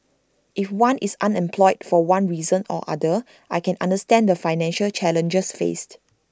if one is unemployed for one reason or other I can understand the financial challenges faced